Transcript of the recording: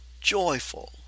joyful